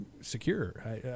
secure